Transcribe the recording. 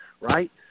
right